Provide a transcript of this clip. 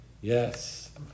Yes